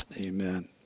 amen